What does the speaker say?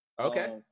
Okay